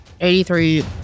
83